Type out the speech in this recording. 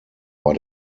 war